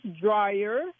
dryer